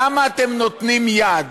למה אתם נותנים יד